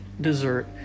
dessert